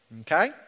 Okay